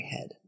head